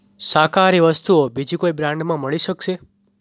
શાકાહારી વસ્તુઓ બીજી કોઈ બ્રાન્ડમાં મળી શકશે